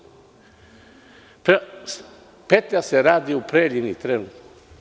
Petlja se radi u Preljini trenutno.